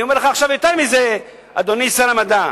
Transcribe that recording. אני אומר לך עכשיו יותר מזה, אדוני שר המדע: